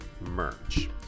merch